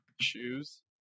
shoes